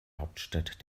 hauptstadt